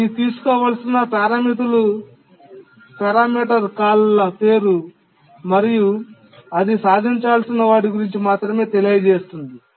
ఇది తీసుకోవలసిన పారామితులు కాల్ల పేరు మరియు అది సాధించాల్సిన వాటి గురించి మాత్రమే తెలియజేస్తుంది